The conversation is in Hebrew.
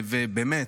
ובאמת,